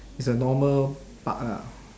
it's a normal park ah